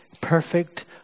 perfect